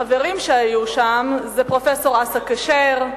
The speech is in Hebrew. היו חברים בה פרופסור אסא כשר,